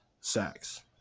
sacks